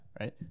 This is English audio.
right